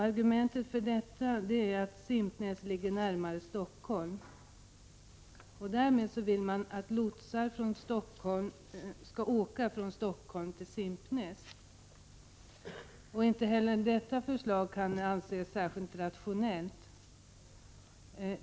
Argumentet för detta är att Simpnäs ligger närmare Stockholm. Därmed vill man att lotsar skall åka från Stockholm till Simpnäs. Inte heller detta förslag kan anses särskilt rationellt.